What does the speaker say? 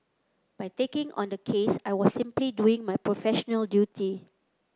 by taking on the case I was simply doing my professional duty